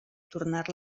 tornar